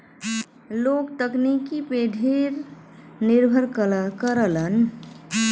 लोग तकनीकी पे ढेर निर्भर करलन